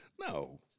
No